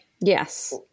yes